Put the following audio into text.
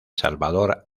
salvador